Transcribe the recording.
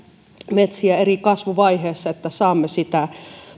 metsiä eri kasvuvaiheissa että saamme sitä